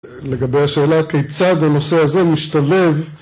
לגבי השאלה כיצד הנושא הזה משתלב